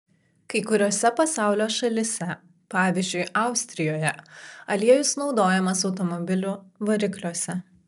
kai kuriose pasaulio šalyse pavyzdžiui austrijoje aliejus naudojamas automobilių varikliuose